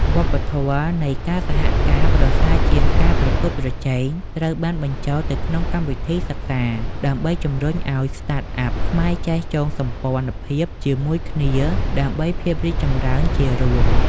វប្បធម៌នៃ "ការសហការប្រសើរជាងការប្រកួតប្រជែង" ត្រូវបានបញ្ចូលទៅក្នុងកម្មវិធីសិក្សា ដើម្បីជម្រុញឱ្យ Startups ខ្មែរចេះចងសម្ព័ន្ធភាពជាមួយគ្នាដើម្បីភាពរីកចម្រើនជារួម។